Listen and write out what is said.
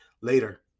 later